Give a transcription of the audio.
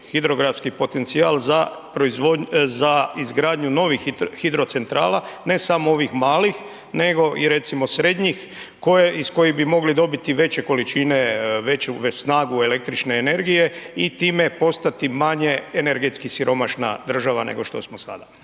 hidrogradski potencijal za izgradnju novih hidrocentrala, ne samo ovih malih, nego i recimo srednjih iz kojih bi mogli dobiti veće količine, veću snagu električne energije i time postati manje energetski siromašna država nego što smo sada?